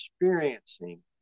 experiencing